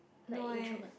no eh